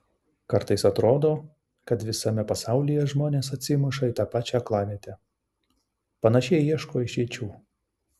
kartais atrodo kad visame pasaulyje žmonės atsimuša į tą pačią aklavietę panašiai ieško išeičių